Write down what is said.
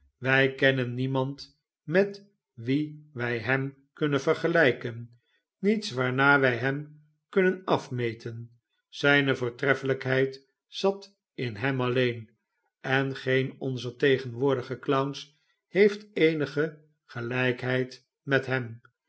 wij kennen niemand met wien wij hem kunnen vergelijken niets waarnaar wij hemkunnen afmeten zijne voortreffelijkheid zat in he m alleen en geen onzer tegenwoordige clowns heeft eenige gelijkheid met hem